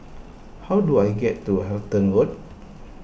how do I get to Halton Road